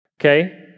Okay